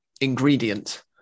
ingredient